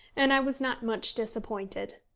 and i was not much disappointed.